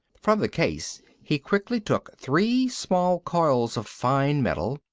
from the case he quickly took three small coils of fine metal,